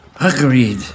Agreed